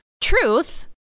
Truth